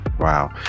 wow